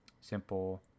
simple